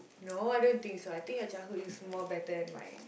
no I don't think so I think your childhood is more better than mine